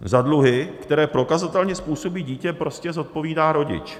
Za dluhy, které prokazatelně způsobí dítě, prostě zodpovídá rodič.